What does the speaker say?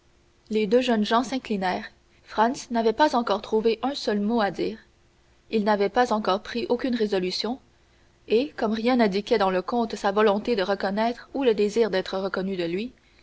les deux jeunes gens s'inclinèrent franz n'avait pas encore trouvé un seul mot à dire il n'avait encore pris aucune résolution et comme rien n'indiquait dans le comte sa volonté de le reconnaître ou le désir d'être reconnu de lui